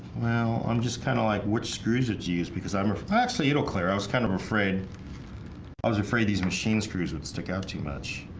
i'm just kind of like which screws of geez because i'm actually it'll clear i was kind of afraid i was afraid these machine screws would stick out too much